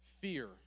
fear